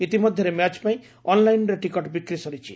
ଇତିମଧ୍ଧରେ ମ୍ୟାଚ୍ ପାଇଁ ଅନ୍ଲାଇନ୍ରେ ଟିକଟ ବିକ୍ରି ସରିଛି